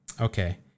Okay